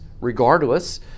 regardless